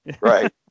Right